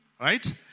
right